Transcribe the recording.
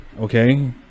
okay